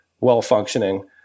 well-functioning